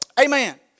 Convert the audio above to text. Amen